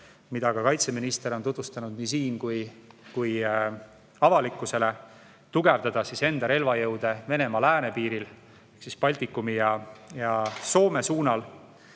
mida ka kaitseminister on tutvustanud nii siin kui ka avalikkusele: tugevdatakse enda relvajõude Venemaa läänepiiril ehk siis Baltikumi ja Soome suunal.